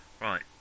Right